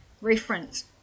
Reference